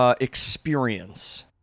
experience